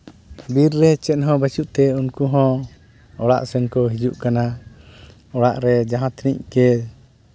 ᱵᱤᱨ ᱨᱮ ᱪᱮᱫ ᱦᱚᱸ ᱵᱟᱹᱱᱩᱜ ᱛᱮ ᱩᱱᱠᱩ ᱦᱚᱸ ᱚᱲᱟᱜ ᱥᱮᱫ ᱠᱚ ᱦᱤᱡᱩᱜ ᱠᱟᱱᱟ ᱚᱲᱟᱜ ᱨᱮ ᱡᱟᱦᱟᱸ ᱛᱤᱱᱟᱹᱜ ᱜᱮ